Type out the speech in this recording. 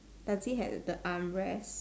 does he have the arm rest